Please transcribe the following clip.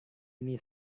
ini